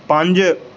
ਪੰਜ